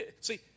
see